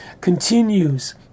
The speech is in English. continues